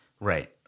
Right